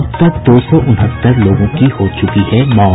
अब तक दो सौ उनहत्तर लोगों की हो चुकी है मौत